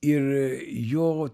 ir jo